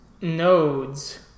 nodes